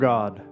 God